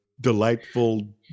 delightful